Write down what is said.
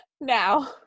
now